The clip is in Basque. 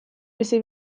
bizi